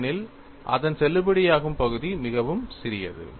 ஏனெனில் அதன் செல்லுபடியாகும் பகுதி மிகவும் சிறியது